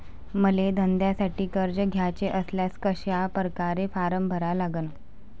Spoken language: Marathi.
मले धंद्यासाठी कर्ज घ्याचे असल्यास कशा परकारे फारम भरा लागन?